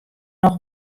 noch